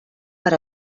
per